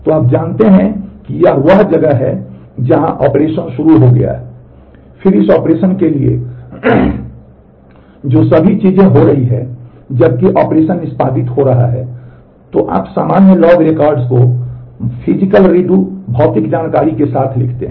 तो आप जानते हैं कि यह वह जगह है जहां ऑपरेशन शुरू हो गया है फिर इस ऑपरेशन के लिए जो सभी चीजें हो रही हैं जबकि ऑपरेशन निष्पादित हो रहा है तो आप सामान्य लॉग रिकॉर्ड्स को भौतिक रीडू भौतिक जानकारी के साथ लिखते हैं